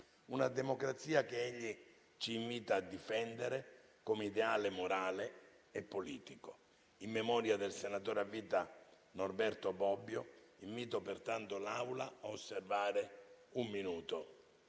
una democrazia che egli ci invita a difendere come ideale morale e politico. In memoria del senatore a vita Norberto Bobbio, invito, pertanto, l'Aula a osservare un minuto